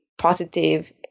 positive